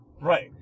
Right